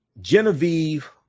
Genevieve